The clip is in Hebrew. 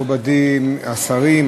מכובדי השרים,